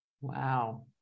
Wow